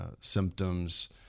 symptoms